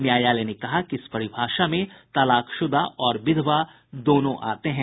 न्यायालय ने कहा कि इस परिभाषा में तलाकशुदा और विधवा दोनों आते हैं